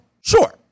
sure